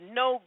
no